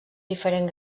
diferent